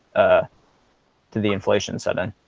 ah to the inflation set in.